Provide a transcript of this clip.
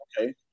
okay